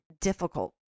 Difficult